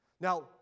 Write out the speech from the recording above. Now